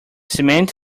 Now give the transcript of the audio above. cement